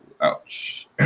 ouch